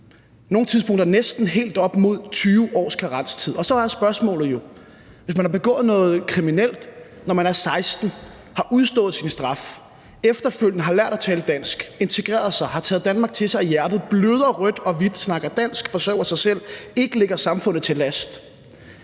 nogle tilfælde næsten helt op til 20 års karenstid. Så er spørgsmålet jo: Hvis man har begået noget kriminelt, da man var 16 år, og har udstået sin straf og efterfølgende har lært at tale dansk, integreret sig, taget Danmark til sig i hjertet, bløder rødt og hvidt, snakker dansk, forsørger sig selv, ikke ligger samfundet til last,